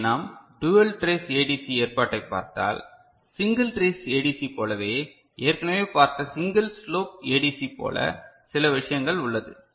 இங்கே நாம் dual trace ADC ஏற்பாட்டைப் பார்த்தால் சிங்கிள் டிரேஸ் ஏடிசி போலவே ஏற்கனவே பார்த்த சிங்கிள் ஸ்லோப் ஏடிசி போல சில விஷயங்கள் உள்ளது